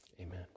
amen